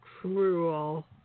cruel